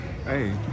Hey